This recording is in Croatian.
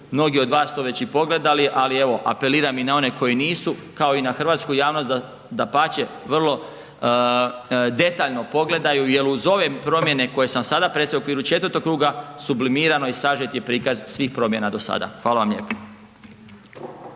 mnogi od vas to već i pogledali, ali evo apeliram i na one koji nisu, kao i na hrvatsku javnost, dapače vrlo detaljno pogledaju, jel uz ove promjene koje sam sada predstavio u okviru četvrtog kruga, sublimirano i sažet je prikaz svih promjena do sada. Hvala vam lijepo.